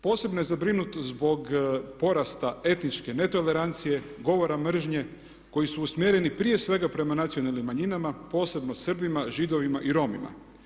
Posebno je zabrinut zbog porasta etničke netolerancije, govora mržnje koji su usmjereni prije svega prema nacionalnim manjinama, posebno Srbima, Židovima i Romima.